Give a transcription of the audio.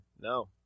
No